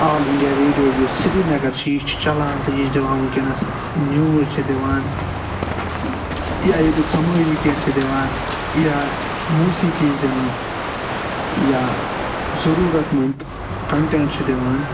آل India Radio یُس سرینگر چھُ یہِ چھُ چلان تہٕ یہِ چھُ دِوان وٕنکٮ۪نس نِوٕز چھُ دِوان یا ییٚتِکۍ سمٲجی کینٛہہ چھُ دِوان یا موسیقی چھِ دِوان یا ضُروٗرت منٛد کنٹینٹ چھِ دِوان